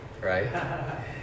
right